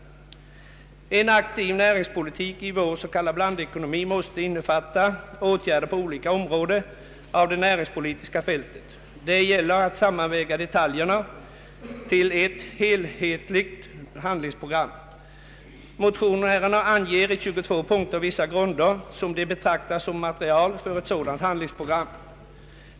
En aktiv näringspolitik i vår s.k. blandekonomi måste innefatta åtgärder på olika områden av det näringspolitiska fältet. Det gäller att sammanväga detaljerna till ett enhetligt handlingsprogram. Motionärerna anger i 22 punkter vissa grunder, som de betraktar som material för ett sådant handlingsprogram.